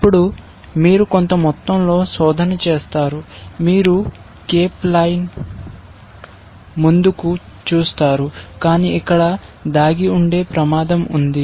అప్పుడు మీరు కొంత మొత్తంలో శోధన చేస్తారు మీరు కేప్ లైన్ ముందుకు చూస్తారు కానీ ఇక్కడ దాగి ఉండే ప్రమాదం ఉంది